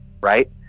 right